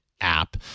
app